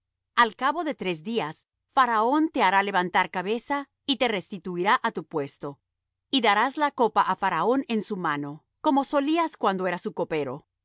al cabo de tres días faraón te hará levantar cabeza y te restituirá á tu puesto y darás la copa á faraón en su mano como solías cuando eras su copero